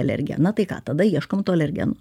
alergiją na tai ką tada ieškom to alergeno